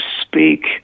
speak